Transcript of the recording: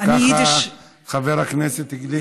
ככה חבר הכנסת גליק,